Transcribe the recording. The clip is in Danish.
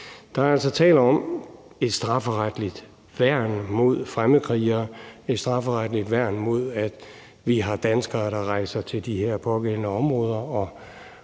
Der er altså tale om et strafferetligt værn mod fremmedkrigere, et strafferetligt værn mod, at vi har danskere, der rejser til de her pågældende områder